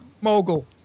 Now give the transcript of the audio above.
mogul